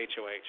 HOH